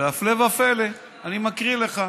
והפלא ופלא, אני מקריא לך,